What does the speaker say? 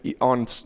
on